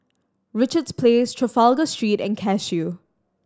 Richards Place Trafalgar Street and Cashew